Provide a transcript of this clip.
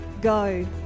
go